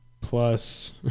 plus